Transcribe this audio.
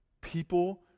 people